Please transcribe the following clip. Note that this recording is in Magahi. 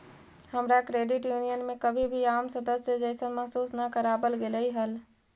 हमरा क्रेडिट यूनियन में कभी भी आम सदस्य जइसन महसूस न कराबल गेलई हल